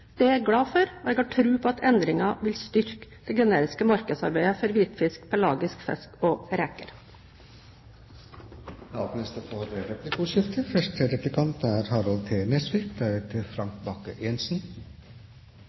Det er jeg glad for, og jeg har tro på at endringen vil styrke det generiske markedsarbeidet for hvitfisk, pelagisk fisk og reker. Det åpnes for replikkordskifte. Spørsmålene mine til statsråden gjelder to felt. Det ene er